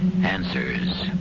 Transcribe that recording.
Answers